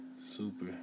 super